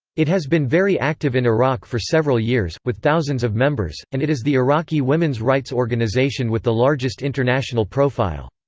it has been very active in iraq for several years, with thousands of members, and it is the iraqi women's rights organization with the largest international profile.